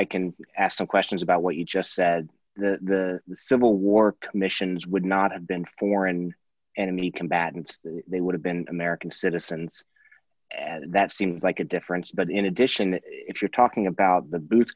i can ask some questions about what you just said that the civil war commissions would not have been foreign enemy combatants they would have been american citizens and that seems like a difference but in addition if you're talking about the boo